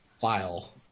file